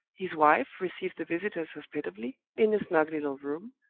his wife received the visitors hospitably, in a snug little room,